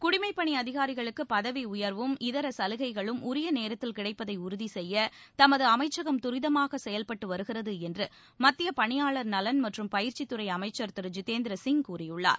குடிமைப்பணி அதிகாரிகளுக்கு பதவி உயர்வும் இதர சலுகைகளும் உரிய நேரத்தில் கிடைப்பதை உறுதி செய்ய தமது அமைச்சகம் துரிதமாக செயல்பட்டு வருகிறது என்று மத்திய பணியாளர் நலன் மற்றும் பயிற்சித்துறை அமைச்சர் திரு ஜிதேந்திர சிங் கூறியுள்ளார்